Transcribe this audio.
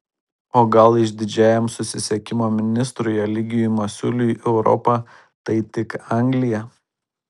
o gal išdidžiajam susisiekimo ministrui eligijui masiuliui europa tai tik anglija